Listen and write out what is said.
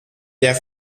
der